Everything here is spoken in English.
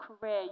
career